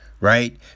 Right